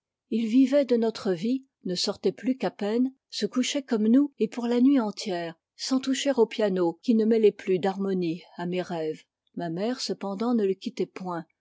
il vivait de notre vie ne sortait plus qu'à peine se couchait comme nous et pour la nuit entière sans toucher au piano qui ne mêlait plus d'harmonies à mes rêves ma mère cependant ne le quittait point